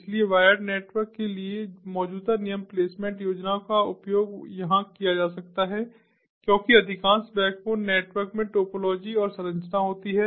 इसलिए wired network के लिए मौजूदा नियम प्लेसमेंट योजनाओं का उपयोग यहां किया जा सकता है क्योंकि अधिकांश बैकबोन नेटवर्क में टोपोलॉजी और संरचना होती है